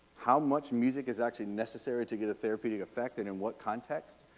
how much music is actually necessary to get a therapeutic effect and in what context,